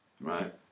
right